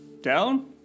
down